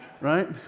Right